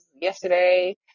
yesterday